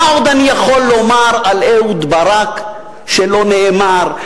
מה עוד אני יכול לומר על אהוד ברק שלא נאמר,